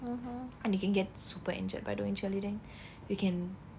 and you can get super injured by doing cheerleading you can